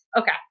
Okay